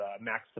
Max